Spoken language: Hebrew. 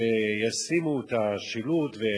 שישימו את השילוט,